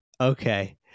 Okay